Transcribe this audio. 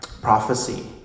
Prophecy